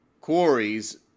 quarries